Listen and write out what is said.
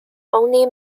only